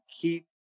keep